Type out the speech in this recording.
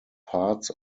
parts